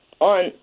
on